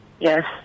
Yes